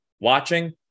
watching